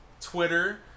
Twitter